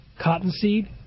cottonseed